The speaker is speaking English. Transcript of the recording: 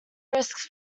risks